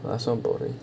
!wah! so boring